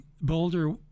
Boulder